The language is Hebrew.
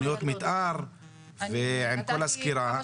תכניות מתאר ועם כל הסקירה,